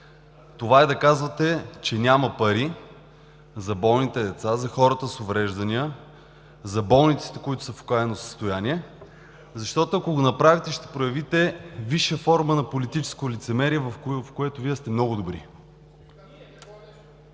това е да казвате, че няма пари за болните деца, за хората с увреждания, за болниците, които са в окаяно състояние, защото, ако го направите, ще проявите висша форма на политическо лицемерие, в което Вие сте много добри.